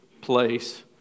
place